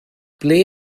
ble